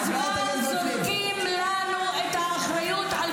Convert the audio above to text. המלחמה הזו היא בעיקר מלחמה